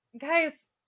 guys